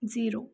zero